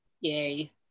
Yay